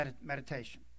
meditation